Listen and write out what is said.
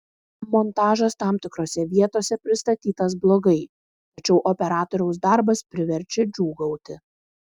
montažas tam tikrose vietose pristatytas blogai tačiau operatoriaus darbas priverčia džiūgauti